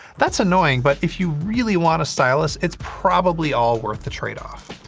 that's annoying, but if you really want a stylus, it's probably all worth the trade-off.